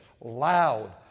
loud